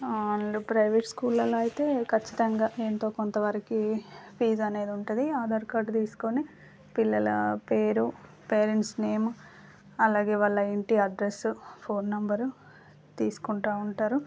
and private స్కూళ్ళల్లో అయితే ఖచ్చితంగా ఎంతో కొంత వరకి ఫీజు అనేది ఉంటుంది ఆధార్ కార్డు తీసుకోని పిల్లల పేరు పేరెంట్స్ నేమ్ అలాగే వాళ్ళ ఇంటి అడ్రస్సు ఫోన్ నంబరు తీసుకుంటు ఉంటారు